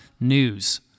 news